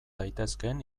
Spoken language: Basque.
daitezkeen